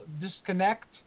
disconnect